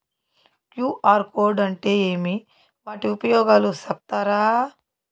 QR code అంటే ఏమి వాటి ఉపయోగాలు సెప్తారా?